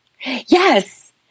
Yes